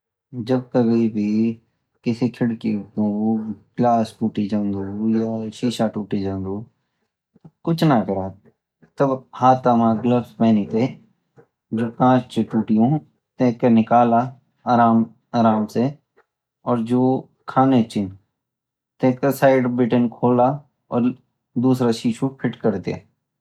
जब कभी भी किसी खिडकीकु गिलास टूटू जांदू या शिक्षा टूटी जांदू तो कुइछ न करा हाथ मा ग्लोब्स फेनीते जो कांचची टुटीयू टेका निकला आराम साई और जो खानेची टेकु साइड बीतीं खोला और दूसरा शिक्षा फिटक्र दिया